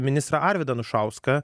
ministrą arvydą anušauską